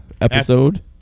Episode